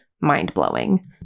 mind-blowing